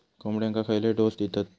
कोंबड्यांक खयले डोस दितत?